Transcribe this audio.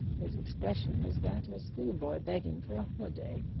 his expression was that of a schoolboy begging for a holiday.